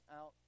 out